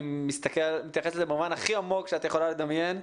אני מתייחס לזה במובן הכי עמוק שאת יכולה לדמיין,